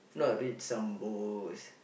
if not I'll read some books